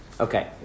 Okay